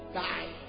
die